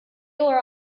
were